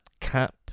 cap